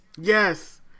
yes